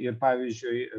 ir pavyzdžiui